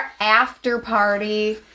after-party